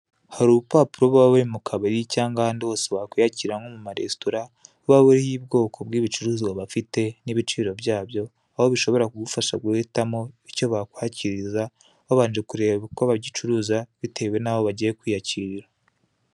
Hari urupapuro ruba ruri mu kabari cyangwa ahandi hose wakiyakirira nko mu maresitora, ruba ruriho ubwoko bw'ibicuruzwa bafite n'ibiciro byabyo, aho bishobora kugufasha guhitamo icyo bakwakiriza wabanje kureba uko bagicuruza bitewe n'aho wagiye kwiyakirira.